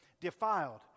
defiled